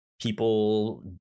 people